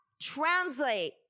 translate